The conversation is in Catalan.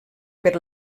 per